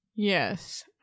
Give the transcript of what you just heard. Yes